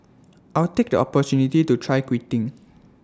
I'll take the opportunity to try quitting